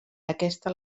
aquesta